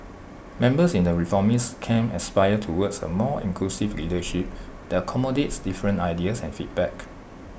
members in the reformist camp aspire towards A more inclusive leadership that accommodates different ideas and feedback